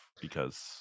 because-